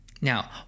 Now